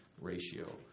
ratio